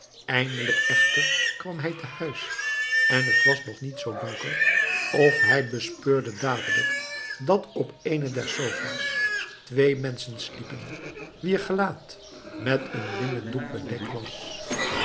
eindelijk echter kwam hij te huis en het was nog niet zoo donker of hij bespeurde dadelijk dat op eene der sofa's twee menschen sliepen wier gelaat met een linnen doek bedekt was